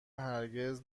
هرگز